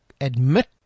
admit